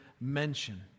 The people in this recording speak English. mention